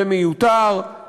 זה מיותר,